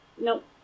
Nope